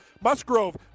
Musgrove